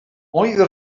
oedd